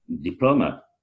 diploma